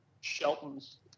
Shelton's